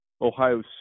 Ohio